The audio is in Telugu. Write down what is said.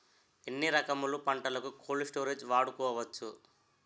ఎన్ని రకములు పంటలకు కోల్డ్ స్టోరేజ్ వాడుకోవచ్చు?